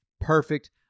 perfect